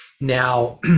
Now